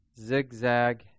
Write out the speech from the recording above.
zigzag